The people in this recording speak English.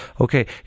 okay